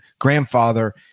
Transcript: grandfather